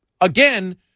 again